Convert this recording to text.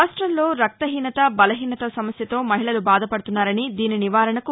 రాష్ట్ంలో రక్తహీనత బలహీనత సమస్యతో మహిళలు బాధపడుతున్నారని దీని నివారణకు